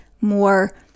more